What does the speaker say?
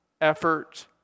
effort